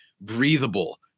breathable